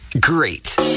Great